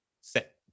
set